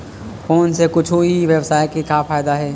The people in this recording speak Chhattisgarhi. फोन से कुछु ई व्यवसाय हे फ़ायदा होथे?